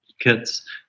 kits